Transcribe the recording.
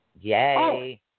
yay